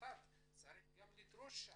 וות"ת צריך גם לדרוש שם.